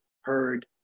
heard